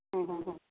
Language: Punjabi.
ਹੁੰ ਹੁੰ ਹੁੰ